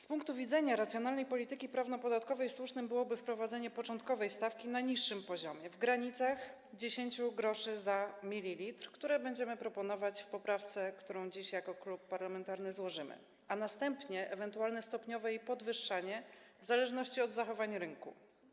Z punktu widzenia racjonalnej polityki prawno-podatkowej słuszne byłoby wprowadzenie początkowej stawki na niższym poziomie, w granicach 10 gr za 1 ml, co będziemy proponować w poprawce, którą dziś jako klub parlamentarny złożymy, a następnie ewentualne stopniowe jej podwyższanie w zależności od zachowań rynku.